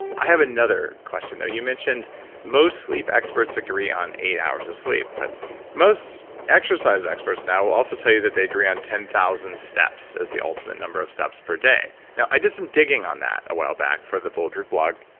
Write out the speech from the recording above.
i have another question though. you mentioned most sleep experts agree on eight hours of sleep, but most exercise experts now will also tell you that they agree on ten thousand steps as the ultimate number of steps per day. now, i did some digging on that a while back for the bulletproof blog.